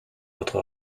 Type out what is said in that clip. votre